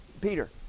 Peter